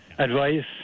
Advice